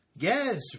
Yes